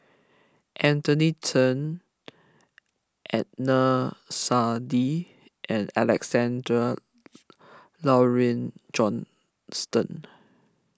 Anthony Chen Adnan Saidi and Alexander Laurie Johnston